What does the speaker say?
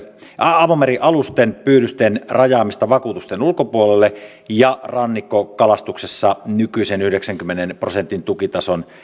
avomerialusten pyydysten rajaamista vakuutusten ulkopuolelle ja rannikkokalastuksessa nykyisen yhdeksänkymmenen prosentin tukitason